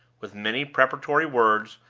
with many preparatory words,